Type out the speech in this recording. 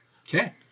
Okay